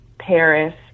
Paris